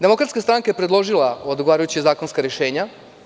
Demokratska stranka je predložila odgovarajuća zakonska rešenja.